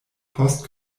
post